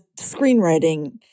screenwriting